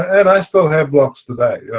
and i still have blocks today.